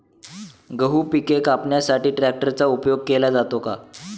गहू पिके कापण्यासाठी ट्रॅक्टरचा उपयोग केला जातो का?